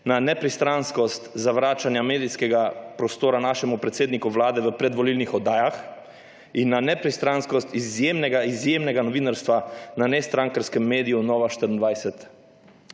na nepristranskost zavračanja medijskega prostora našemu predsedniku Vlade v predvolilnih oddajah in na nepristranskost izjemnega izjemnega novinarstva na nestrankarskem mediju Nova24.